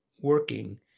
working